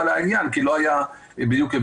להיות מיעוט אחד,